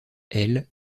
elle